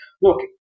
look